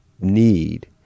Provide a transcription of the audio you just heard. need